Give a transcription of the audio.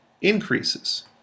increases